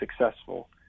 successful